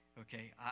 Okay